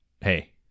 hey